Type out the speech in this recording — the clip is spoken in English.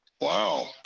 Wow